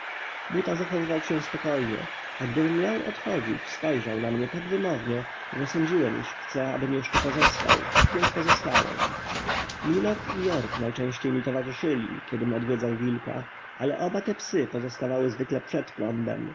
buta zachowywał się spokojnie a gdym miał odchodzić spojrzał na mnie tak wymownie że sądziłem iż chce abym jeszcze pozostał więc pozostałem milord i jork najczęściej mi towarzyszyli kiedym odwiedzał wilka ale oba te psy pozostawały zwykle przed